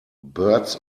birds